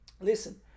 Listen